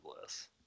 bless